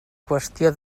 qüestió